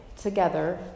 together